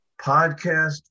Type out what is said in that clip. podcast